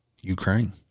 Ukraine